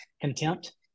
contempt